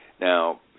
Now